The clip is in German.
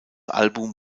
album